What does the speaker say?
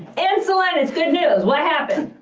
insulin, it's good news, what happened?